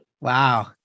Wow